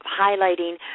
highlighting